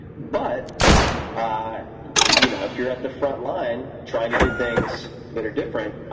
but you know, if you're at the front line, trying to do things that are different,